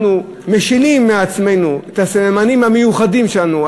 אנחנו משילים מעצמנו את הסממנים המיוחדים שלנו,